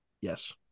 yes